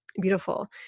beautiful